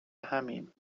همیم